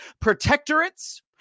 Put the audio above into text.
protectorates